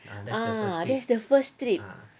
ah that's the first trip